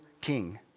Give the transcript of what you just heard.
king